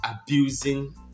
abusing